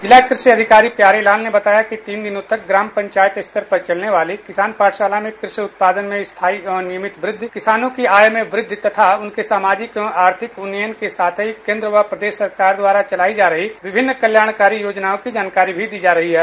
जिला कृषि अधिकारी प्यारेलाल ने बताया कि तीन दिनों तक ग्राम पंचायत स्तर चलने वाली किसान पाठशाला में कृषि उत्पादन में स्थाई एवं नियमित वद्वि किसानों की आय में वृद्वि तथा उनके सामाजिक एवं आर्थिक उन्नयन के साथ ही केंद्र व प्रदेश सरकार द्वारा चलाई जा रही विभिन्न कल्याणकारी योजनाओं की जानकारी भी दी जा रही है